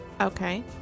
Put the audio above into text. Okay